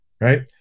right